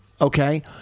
okay